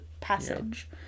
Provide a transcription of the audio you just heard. passage